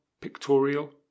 pictorial